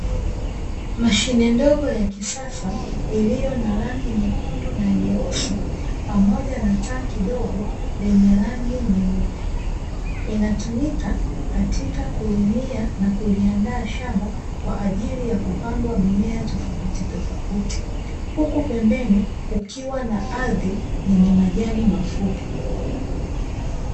Mashine ndogo ya kisasa iliyo na rangi nyekundu na nyeusi, pamoja na tanki dogo lenye rangi nyeupe. Inatumika katika kulimia na kuliandaa shamba, kwa ajili ya kupanda mimea tofautitofauti. Huku pembeni kukiwa na ardhi yenye majani mafupi.